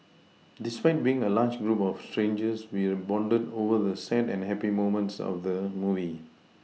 despite being a large group of strangers we bonded over the sad and happy moments of the movie